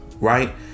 right